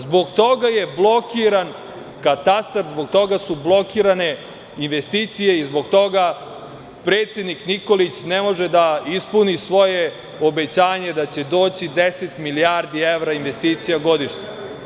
Zbog toga je blokiran katastar, zbog toga su blokirane investicije i zbog toga predsednik Nikolić ne može da ispuni svoje obećanje da će doći 10 milijardi evra investicija godišnje.